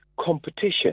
competition